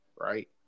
right